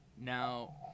Now